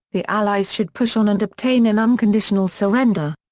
the allies should push on and obtain an unconditional surrender.